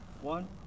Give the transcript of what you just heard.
One